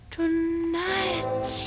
Tonight